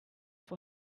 for